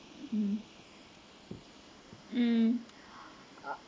mm mm